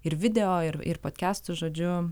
ir video ir ir podkestus žodžiu